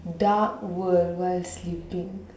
dark world while sleeping